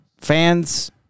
fans